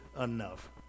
enough